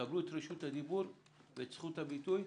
קבלו את רשות הדיבור ואת זכות הביטוי,